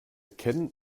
ken